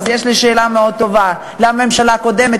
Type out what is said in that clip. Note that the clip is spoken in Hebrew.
אז יש לי שאלה מאוד טובה לממשלה הקודמת,